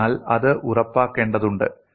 അതിനാൽ അത് ഉറപ്പാക്കേണ്ടതുണ്ട്